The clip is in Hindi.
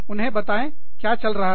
उन्हें बताएं क्या चल रहा है